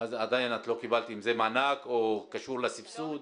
עדיין את לא קיבלת אם זה מענק או קשור לסבסוד.